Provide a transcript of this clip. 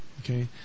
Okay